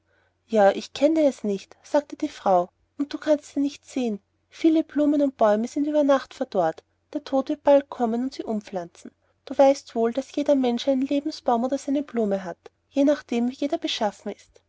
ja ich kenne es nicht sagte die frau und du kannst ja nicht sehen viele blumen und bäume sind über nacht verdorrt der tod wird bald kommen und sie umpflanzen du weißt wohl daß jeder mensch seinen lebensbaum oder seine blume hat je nachdem ein jeder beschaffen ist